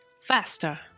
faster